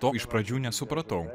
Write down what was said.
to iš pradžių nesupratau